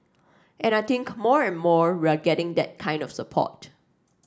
and I think more and more we are getting that kind of support